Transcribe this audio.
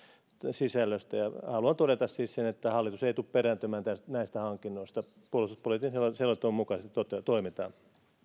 sisällössä haluan todeta siis sen että hallitus ei tule perääntymään näistä hankinnoista puolustuspoliittisen selonteon mukaisesti toimitaan